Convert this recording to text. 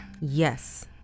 Yes